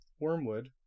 Wormwood